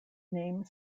name